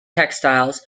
textiles